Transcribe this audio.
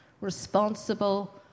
responsible